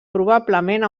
probablement